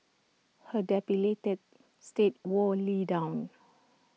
her debilitated state wore lee down